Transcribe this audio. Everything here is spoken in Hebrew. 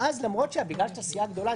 אז בגלל שאתה סיעה גדולה,